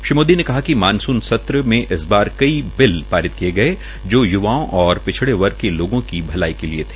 श्री मोदी ने कहा कि मानसून सत्र इस बार कई बिल पारित किये गये जो य्वाओं और पिछड़े वर्ग के लोगों के भले के लिए है